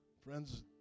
Friends